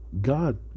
god